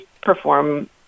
perform